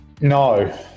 no